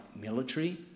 military